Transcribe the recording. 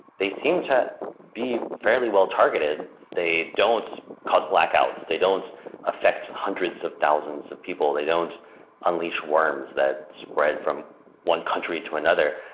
they seem to be fairly well targeted. they don't cause blackouts, they don't affect hundreds of thousands of people. they don't unleash worms that spread from one country to another.